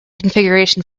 configuration